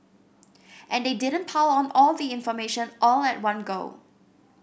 and they didn't pile on all the information all at one go